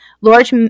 Lord